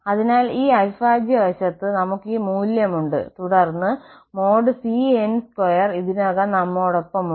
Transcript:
അതിനാൽ ഈ അവിഭാജ്യ വശത്ത് ഞങ്ങൾക്ക് ഈ മൂല്യമുണ്ട് തുടർന്ന് |cn|2 ഇതിനകം നമ്മോടൊപ്പമുണ്ട്